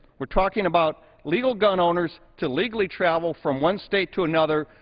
we're talking about legal gun owners to legally travel from one state to another,